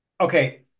Okay